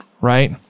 right